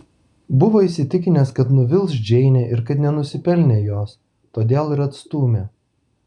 buvo įsitikinęs kad nuvils džeinę ir kad nenusipelnė jos todėl ir atstūmė